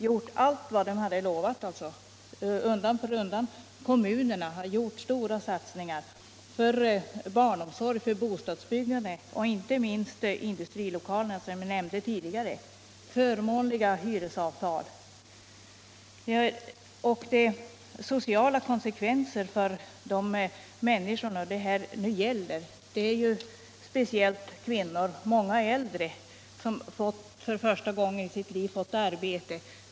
Här har staten undan för undan gjort allt vad som lovats, kommunerna har gjort stora satsningar för barnomsorg, för bostadsbyggande och inte minst för industrilokalerna, som jag nämnde tidigare, med förmånliga hyresavtal. Det har blivit sociala konsekvenser för de människor det här gäller. Det är ju speciellt kvinnor, många äldre, som för första gången i sitt liv fått arbete.